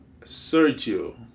Sergio